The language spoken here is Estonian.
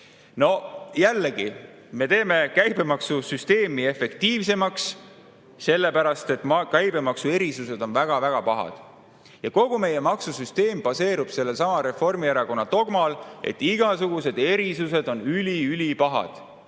No jällegi, me teeme käibemaksusüsteemi efektiivsemaks, sellepärast et käibemaksuerisused on väga-väga pahad. Ja kogu meie maksusüsteem baseerub sellelsamal Reformierakonna dogmal, et igasugused erisused on üli-ülipahad.